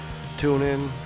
TuneIn